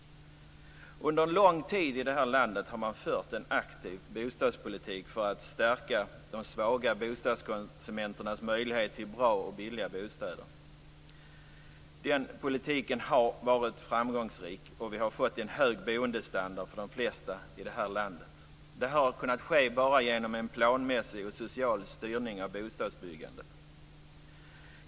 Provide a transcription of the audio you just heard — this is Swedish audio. Under lång tid i det här landet har man fört en aktiv bostadspolitik för att stärka de svaga bostadskonsumenternas möjlighet till bra och billiga bostäder. Den politiken har varit framgångsrik, och vi har fått en hög boendestandard för de flesta i det här landet. Det har kunnat ske bara genom en planmässig och social styrning av bostadsbyggandet.